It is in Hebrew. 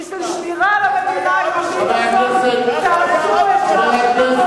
בשביל שמירה על המדינה היהודית, תעשו את מה שנכון.